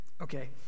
Okay